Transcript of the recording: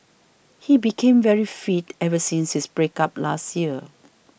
he became very fit ever since his break up last year